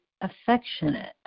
affectionate